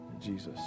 Jesus